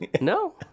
no